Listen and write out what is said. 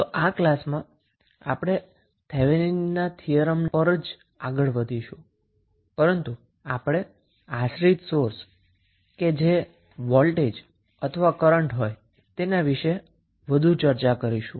તો આ ક્લાસમાં આપણે થેવેનિનના થીયરમ પર જ આગળ વધીશું પરંતુ આપણે ડિપેન્ડન્ટ સોર્સ કે જે વોલ્ટેજ અથવા કરન્ટ હોઇ શકે છે તેના વિષે વધુ ચર્ચા કરીશું